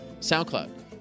SoundCloud